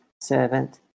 servant